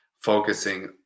focusing